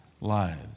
lives